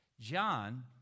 John